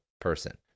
person